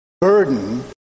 burden